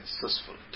successful